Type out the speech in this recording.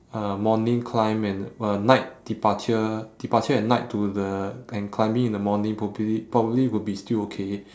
uh morning climb and a night departure departure at night to the and climbing in the morning probably probably would be stillokay